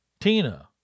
Tina